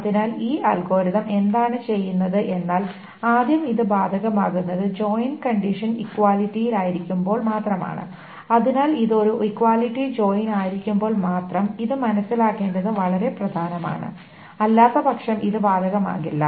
അതിനാൽ ഈ അൽഗോരിതം എന്താണ് ചെയ്യുന്നത് എന്നാൽ ആദ്യം ഇത് ബാധകമാകുന്നത് ജോയിൻ കണ്ടീഷൻ ഇക്വാലിറ്റിയായിരിക്കുമ്പോൾ മാത്രമാണ് അതിനാൽ ഇത് ഒരു ഇക്വാലിറ്റി ജോയിൻ ആയിരിക്കുമ്പോൾ മാത്രം ഇത് മനസ്സിലാക്കേണ്ടത് വളരെ പ്രധാനമാണ് അല്ലാത്തപക്ഷം ഇത് ബാധകമാകില്ല